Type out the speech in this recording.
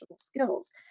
skills